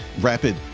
rapid